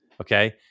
okay